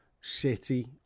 City